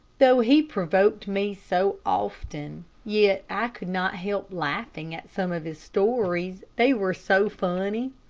though he provoked me so often, yet i could not help laughing at some of his stories, they were so funny.